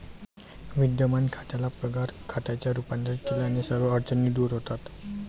विद्यमान खात्याला पगार खात्यात रूपांतरित केल्याने सर्व अडचणी दूर होतात